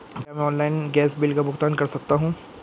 क्या मैं online gas bill का भुगतान कर सकता हूँ?